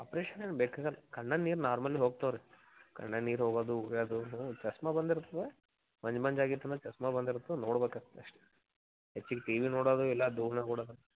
operation ಏನು ಬೇಕಾಗಲ್ಲಾ ಕಣ್ಣಾಗ ನೀರು ನಾರ್ಮಲಿ ಹೋಗ್ತಾವ ರೀ ಕಣ್ಣಾಗ ನೀರು ಹೋಗೋದು ಉರೆದು ಹ್ಞೂ ಚಸ್ಮಾ ಬಂದಿರ್ತದ ಮಂಜು ಮಂಜು ಆಗಿರ್ತದ ಅಂದ್ರ ಚಸ್ಮಾ ಬಂದಿರ್ತದ ನೋಡ್ಬೇಕಾಗ್ತದ ಅಷ್ಟೇ ಹೆಚ್ಚಿಗೆ ಟಿವಿ ನೋಡೋದು ಎಲ್ಲಾ ಧೂಳ್ನಾಗ ಓಡಾಡುದು